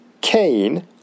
Cain